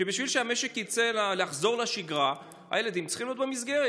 הוא שבשביל שהמשק יצא ויחזור לשגרה הילדים צריכים להיות במסגרת.